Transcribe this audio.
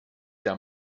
der